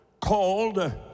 called